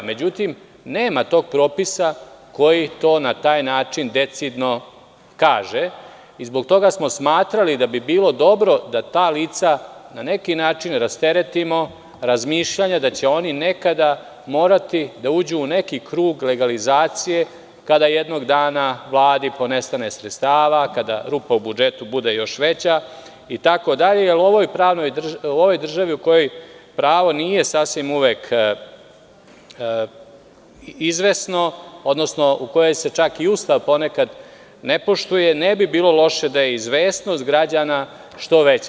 Međutim, nema tog propisa koji to na taj način decidno kaže i zbog toga smo smatrali da bi bilo dobro da ta lica na neki način rasteretimo razmišljanja da će oni nekada morati da uđe u neki krug legalizacije kada jednog dana Vladi ponestane sredstava, kada rupa u budžetu bude još veća, jer u ovoj državi u kojoj pravo nije sasvim uvek izvesno, odnosno u kojoj se čak i Ustav ponekad ne poštuje, ne bi bilo loše da izvesnost građana bude što veća.